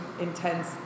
intense